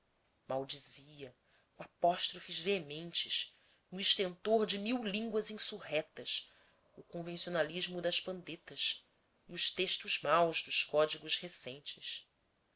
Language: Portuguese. maldizia com apóstrofes veementes no estentor de mil línguas insurretas o convencionalismo das pandetas e os textos maus dos códigos recentes